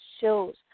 shows